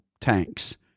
tanks